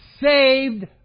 saved